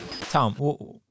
Tom